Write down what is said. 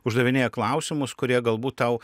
uždavinėja klausimus kurie galbūt tau